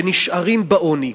ונשארים בעוני.